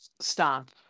Stop